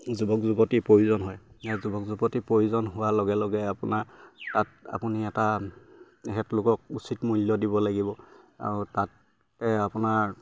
যুৱক যুৱতীৰ প্ৰয়োজন হয় যুৱক যুৱতী প্ৰয়োজন হোৱাৰ লগে লগে আপোনাৰ তাত আপুনি এটা সেহেঁতলোকক উচিত মূল্য দিব লাগিব আৰু তাতে আপোনাৰ